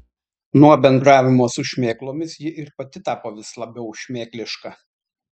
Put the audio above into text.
nuo bendravimo su šmėklomis ji ir pati tapo vis labiau šmėkliška